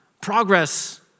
Progress